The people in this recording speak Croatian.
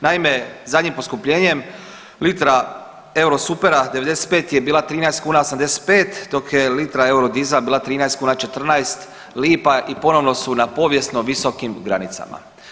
Naime, zadnjim poskupljenjem litra eurosupera 95 je bila 13,85 dok je litra euro dizela bila 13,14 lipa i ponovno su na povijesno visokim granicama.